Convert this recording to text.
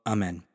Amen